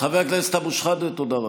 חבר הכנסת אבו שחאדה, תודה רבה.